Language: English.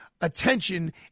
attention